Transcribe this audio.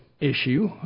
issue